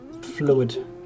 fluid